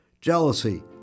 jealousy